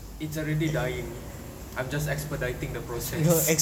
it's already dying I'm just expediting the process